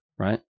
Right